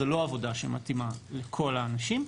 זו לא עבודה שמתאימה לכל האנשים.